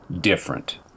different